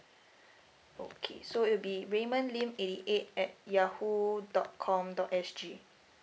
okay so it will be raymond lin eighty eight at yahoo dot com dot S_G